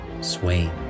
Swain